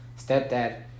stepdad